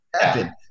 happen